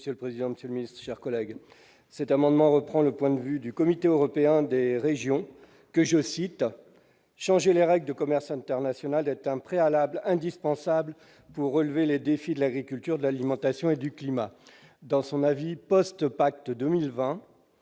Monsieur le président, Monsieur le ministre, chers collègues, cet amendement reprend le point de vue du comité européen des régions que je cite : changer les règles du commerce international est un préalable indispensable pour relever les défis de l'agriculture, de l'alimentation et du climat